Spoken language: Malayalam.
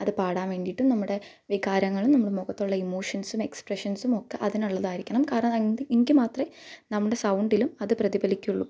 അത് പാടാൻ വേണ്ടിയിട്ടും നമ്മുടെ വികാരങ്ങളും നമ്മുടെ മുഖത്തുള്ള ഇമോഷൻസും എക്സ്പ്രഷൻസും ഒക്കെ അതിനുള്ളതായിരിക്കണം കാരണം എങ്കിൽ മാത്രമേ നമ്മുടെ സൗണ്ടിലും അത് പ്രതിഭലിക്കുളളൂ